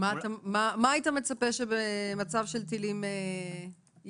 מה היית מצפה במצב של טילים שייעשה?